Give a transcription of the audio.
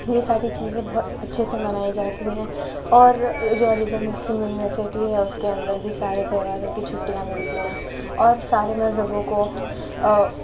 یہ ساری چیزیں بہت اچھے سے منائی جاتی ہیں اور جو علی گڑھ مسلم یونیورسٹی ہے اس کے اندر بھی سارے تہواروں کی چھٹیاں ملتی ہیں اور سارے مذہبوں کو